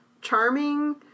charming